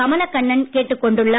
கமலக்கண்ணன் கேட்டுக் கொண்டுள்ளார்